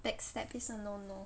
backstab is a no no